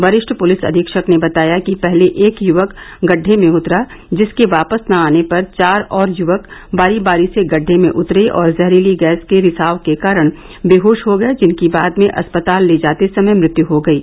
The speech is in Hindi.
वरिष्ठ पुलिस अधीक्षक ने बताया कि पहले एक युवक गड्ढ़े में उतरा जिसके वापस न आने पर चार और युवक बारी बारी से गड्ढ़े में उतरे और जहरीली गैस के रिसाव के कारण बेहोश हो गये जिनकी बाद में अस्पताल ले जाते समय मृत्यु हो गयी